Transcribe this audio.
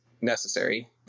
necessary